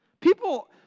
People